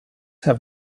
have